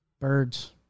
birds